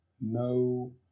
no